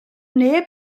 neb